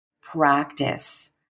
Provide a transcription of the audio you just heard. practice